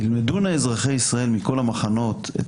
"ילמדו נא אזרחי ישראל מכל המחנות את